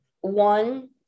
one